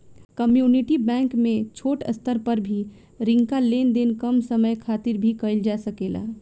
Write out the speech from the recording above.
community bank में छोट स्तर पर भी रिंका लेन देन कम समय खातिर भी कईल जा सकेला